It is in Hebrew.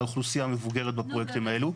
האוכלוסייה המבוגרת בפרויקטים האלו.